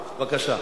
בבקשה.